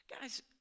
Guys